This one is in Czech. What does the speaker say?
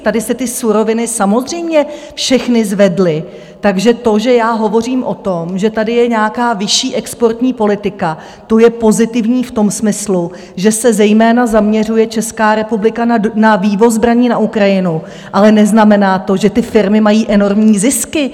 Tady se ty suroviny samozřejmě všechny zvedly, takže to, že hovořím o tom, že tady je nějaká vyšší exportní politika, je pozitivní v tom smyslu, že se zejména zaměřuje Česká republika na vývoz zbraní na Ukrajinu, ale neznamená to, že ty firmy mají enormní zisky.